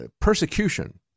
persecution